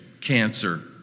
cancer